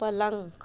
पलंग